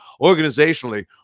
organizationally